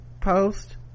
post